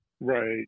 right